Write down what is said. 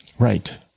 Right